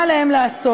מה עליהם לעשות?